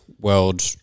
World